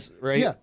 Right